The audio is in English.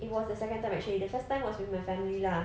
it was the second time actually the first time was with my family lah